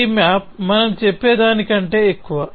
ఈ మ్యాప్ మనం చెప్పే దానికంటే ఎక్కువ